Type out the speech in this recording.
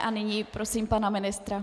A nyní prosím pana ministra.